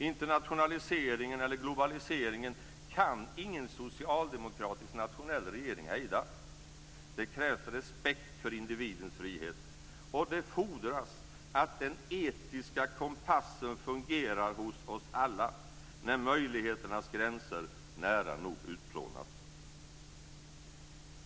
Internationaliseringen eller globaliseringen kan ingen socialdemokratisk nationell regering hejda. Det krävs respekt för individens frihet. Och det fordras att den etiska kompassen fungerar hos oss alla när möjligheternas gränser nära nog utplånas.